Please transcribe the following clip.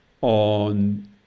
on